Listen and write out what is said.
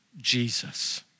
Jesus